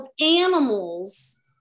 animals